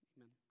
Amen